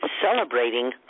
Celebrating